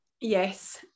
yes